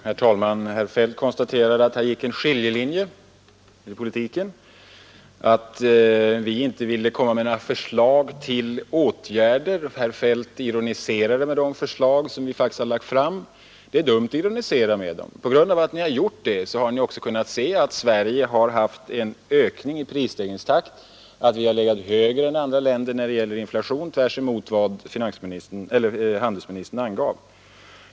Herr talman! Herr Feldt konstaterade att här gick en skiljelinje i politiken och att vi inte ville komma med några förslag till åtgärder. Herr Feldt ironiserade över de förslag som vi faktiskt har lagt fram. Det är dumt att ironisera över dem. På grund av att ni gjort det har ni också fått se att Sverige har haft en hög prisstegringstakt, att vi har legat högre än andra länder när det gäller inflation — tvärtemot vad handelsministern angav.